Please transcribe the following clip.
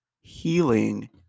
Healing